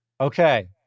Okay